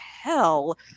hell